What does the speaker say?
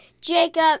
Jacob